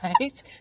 Right